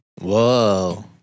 Whoa